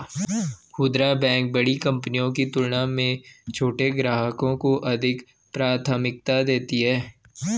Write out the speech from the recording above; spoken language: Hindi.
खूदरा बैंक बड़ी कंपनियों की तुलना में छोटे ग्राहकों को अधिक प्राथमिकता देती हैं